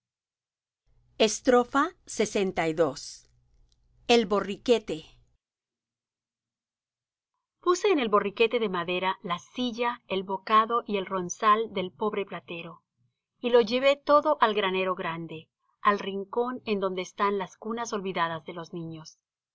lastimero lxii el borriquete puse en el borriquete de madera la silla el bocado y el ronzal del pobre platero y lo llevé todo al granero grande al rincón en donde están las cunas olvidadas de los niños